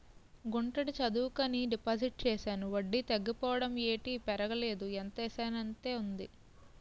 గుంటడి చదువుకని డిపాజిట్ చేశాను వడ్డీ తగ్గిపోవడం ఏటి పెరగలేదు ఎంతేసానంతే ఉంది